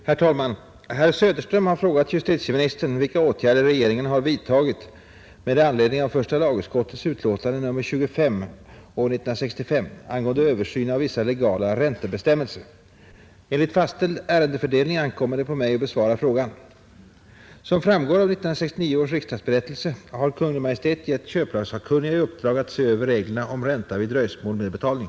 Herr talman! Herr Söderström har frågat justitieministern vilka åtgärder regeringen har vidtagit med anledning av första lagutskottets utlåtande nr 25 år 1965 angående översyn av vissa legala räntebestämmelser. Enligt fastställd ärendefördelning ankommer det på mig att besvara frågan. Såsom framgår av riksdagsberättelsen år 1969 har Kungl. Maj:t gett köplagssakkunniga i uppdrag att se över reglerna om ränta vid dröjsmål med betalning.